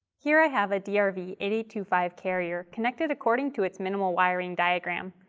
here i have a d r v eight eight two five carrier connected according to its minimal wiring diagram,